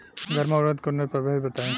गर्मा उरद के उन्नत प्रभेद बताई?